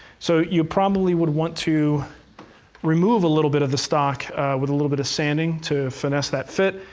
so you probably would want to remove a little bit of the stock with a little bit of sanding to finesse that fit,